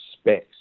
space